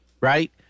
right